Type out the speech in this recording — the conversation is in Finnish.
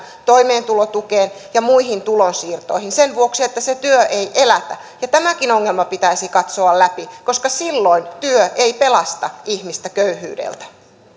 toimeentulotukeen ja muihin tulonsiirtoihin sen vuoksi että se työ ei elätä tämäkin ongelma pitäisi katsoa läpi koska silloin työ ei pelasta ihmistä köyhyydeltä